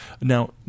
now